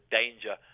danger